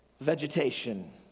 vegetation